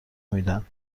میدن